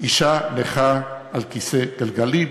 אישה נכה על כיסא גלגלים.